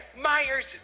Myers